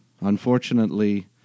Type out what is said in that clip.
Unfortunately